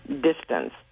distance